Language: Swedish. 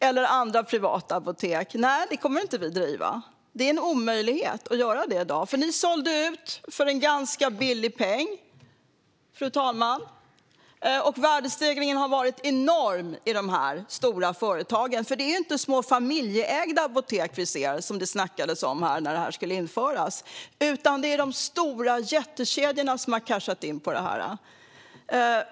eller andra privata apotek. Vi kommer inte att driva detta. Det är en omöjlighet att göra det i dag. Ni sålde ut apoteken för en ganska billig peng, och värdestegringen i dessa stora företag har varit enorm. Det är ju inte små familjeägda apotek vi ser, vilket man sa när detta skulle införas, utan det är stora jättekedjor som har cashat in på detta.